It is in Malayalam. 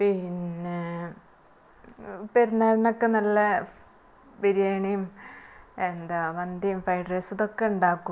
പിന്നെ പെരുനാളിനൊക്കെ നല്ല ബിരിയാണിയും എന്താ മന്തീം ഫ്രൈഡ് റൈസും ഇതൊക്കെ ഉണ്ടാക്കും ഇപ്പോൾ